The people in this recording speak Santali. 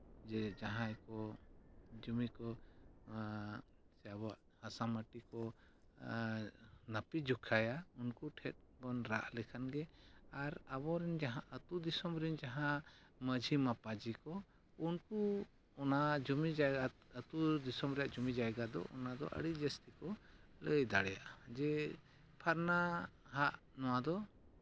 ᱡᱮ ᱡᱟᱦᱟᱸᱭ ᱠᱚ ᱡᱩᱢᱤ ᱠᱚ ᱥᱮ ᱟᱵᱚᱣᱟᱜ ᱦᱟᱥᱟ ᱢᱟᱹᱴᱤ ᱠᱚ ᱢᱟᱯ ᱡᱚᱠᱷᱟᱭᱟ ᱩᱱᱠᱩ ᱴᱷᱮᱱᱵᱚᱱ ᱨᱟᱜ ᱞᱮᱠᱷᱟᱱ ᱜᱮ ᱟᱨ ᱟᱵᱚᱨᱮᱱ ᱡᱟᱦᱟᱸ ᱟᱹᱛᱩ ᱫᱤᱥᱚᱢ ᱨᱮᱱ ᱡᱟᱦᱟᱸ ᱢᱟᱺᱡᱷᱤ ᱢᱟᱯᱟᱡᱷᱤ ᱠᱚ ᱩᱱᱠᱩ ᱚᱱᱟ ᱡᱩᱢᱤ ᱡᱟᱭᱜᱟ ᱟᱹᱛᱩ ᱫᱤᱥᱚᱢ ᱨᱮᱭᱟᱜ ᱡᱩᱢᱤ ᱡᱟᱭᱜᱟ ᱫᱚ ᱚᱱᱟ ᱫᱚ ᱟᱹᱰᱤ ᱡᱟᱹᱥᱛᱤ ᱠᱚ ᱞᱟᱹᱭ ᱫᱟᱲᱮᱭᱟᱜᱼᱟ ᱡᱮ ᱯᱷᱟᱨᱱᱟ ᱦᱟᱜ ᱱᱚᱣᱟ ᱫᱚ